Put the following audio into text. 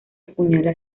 apuñala